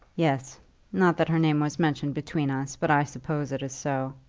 yes not that her name was mentioned between us, but i suppose it is so.